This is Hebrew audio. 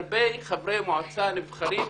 הרבה חברי מועצה נבחרים,